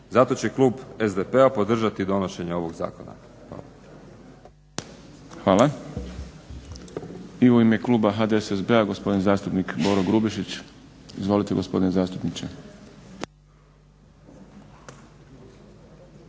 Zato će klub SDP-a podržati donošenje ovoga zakona. Hvala. **Šprem, Boris (SDP)** Hvala. I u ime kluba HDSSB-a gospodin zastupnik Boro Grubišić. Izvolite gospodine zastupniče.